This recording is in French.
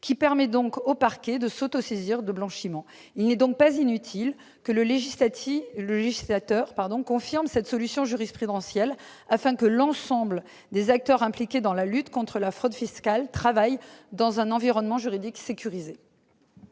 qui permet au parquet de s'autosaisir des cas de blanchiment. Il n'est donc pas inutile que le législateur confirme cette solution jurisprudentielle, afin que l'ensemble des acteurs impliqués dans la lutte contre la fraude fiscale travaillent dans un environnement juridique sécurisé.